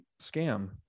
scam